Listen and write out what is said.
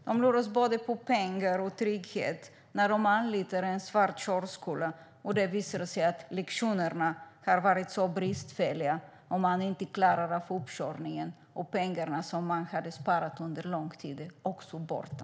De luras på både pengar och trygghet när de anlitar en svart körskola och det visar sig att lektionerna har varit så bristfälliga att de inte klarar av uppkörningen. Då är pengarna som man sparat under lång tid också borta.